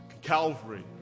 Calvary